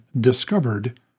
discovered